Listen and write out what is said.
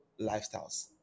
lifestyles